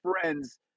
friends